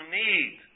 need